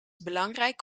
belangrijk